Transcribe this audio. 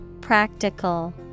Practical